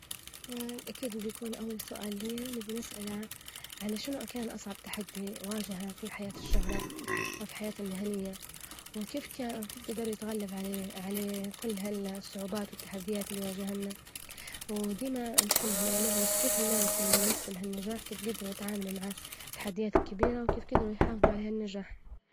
أكيد بيكون أول سؤال لي نبي نسأله، على شنوكان أصعب تحدي واجهه في حياة الشهرة، أوفي حياته المهنية؟ وكيف كان- وكيف جدر يتغلب عليه- على كل ها الصعوبات والتحديات إللي واجهنا? وديما نحب نعرف كيف الناس إللي وصلوا لها النجاح، كيف جدروا يتعاملوا مع التحديات الكبيرة؟ وكيف جدروا يحافظوا على ها النجاح؟.